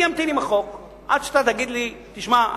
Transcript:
אני אמתין עם החוק עד שאתה תגיד לי: תשמע,